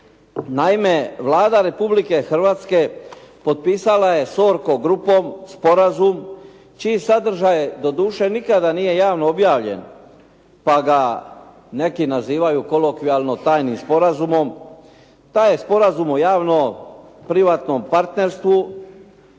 Naime Vlada Republike Hrvatske potpisala je s "ORKO" grupom sporazum čiji sadržaj doduše nikada nije javno objavljen pa ga neki nazivaju kolokvijalno tajnim sporazumom. Taj je sporazum o javno-privatnom partnerstvu